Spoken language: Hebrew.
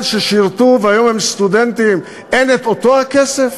ששירתו והיום הם סטודנטים אין אותו הכסף?